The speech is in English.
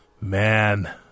Man